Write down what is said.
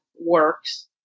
works